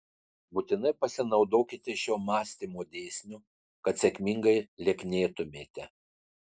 būtinai pasinaudokite šiuo mąstymo dėsniu kad sėkmingai lieknėtumėte